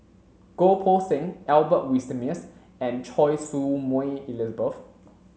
Goh Poh Seng Albert Winsemius and Choy Su Moi Elizabeth